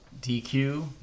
DQ